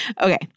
Okay